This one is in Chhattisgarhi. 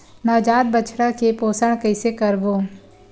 नवजात बछड़ा के पोषण कइसे करबो?